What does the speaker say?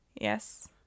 Yes